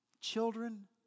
children